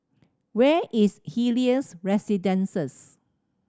where is Helios Residences